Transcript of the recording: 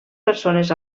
persones